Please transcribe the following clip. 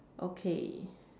okay